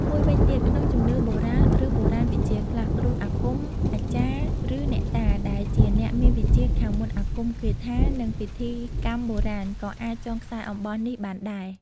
មួយវិញទៀត ក្នុងជំនឿបុរាណ ឬបូរាណវិទ្យាខ្លះ គ្រូអាគម អាចារ្យ ឬអ្នកតា ដែលជាអ្នកមានវិជ្ជាខាងមន្តអាគមគាថា និងពិធីកម្មបុរាណ ក៏អាចចងខ្សែអំបោះនេះបានដែរ។